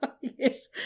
Yes